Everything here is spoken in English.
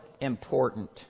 Important